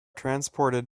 transported